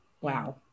Wow